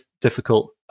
difficult